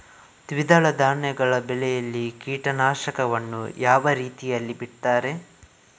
ದ್ವಿದಳ ಧಾನ್ಯಗಳ ಬೆಳೆಯಲ್ಲಿ ಕೀಟನಾಶಕವನ್ನು ಯಾವ ರೀತಿಯಲ್ಲಿ ಬಿಡ್ತಾರೆ?